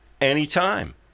anytime